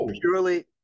purely